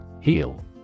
Heal